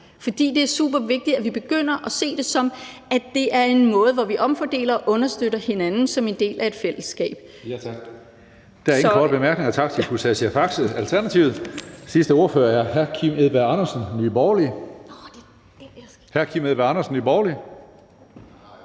For det er supervigtigt, at vi begynder at se det som en måde, hvorpå vi omfordeler og understøtter hinanden som en del af et fællesskab.